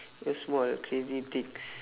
when small ah crazy things